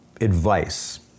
Advice